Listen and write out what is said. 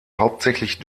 hauptsächlich